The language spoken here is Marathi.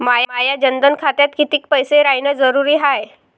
माया जनधन खात्यात कितीक पैसे रायन जरुरी हाय?